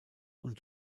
und